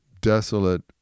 desolate